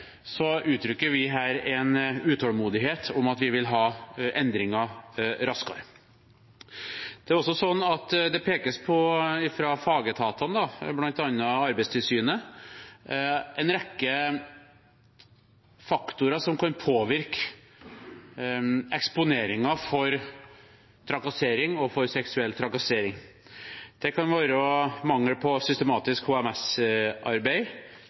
uttrykker vi her en utålmodighet etter at vi vil ha endringer raskere. Fra fagetatene, bl.a. Arbeidstilsynet, pekes det på en rekke faktorer som kan påvirke eksponeringen for trakassering og for seksuell trakassering. Det kan være mangel på systematisk